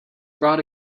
brought